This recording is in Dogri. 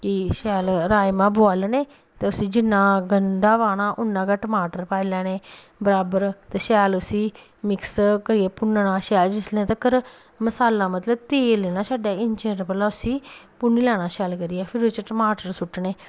कि शैल राजमांह् बोआलने ते उसी जिन्ना गंढा पाना उन्ना गै टमाटर पाई लैने बराबर ते शैल उसी मिक्स करियै भुन्नना शैल जिसलै तक्कर मसाला मतलब ते नेईं ना छड्डै इन्नै चिर भला उसी भुन्नी लैना शैल करियै फिर ओह्दे च टमाटर सु'ट्टने